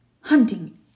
hunting